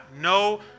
No